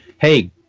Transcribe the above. hey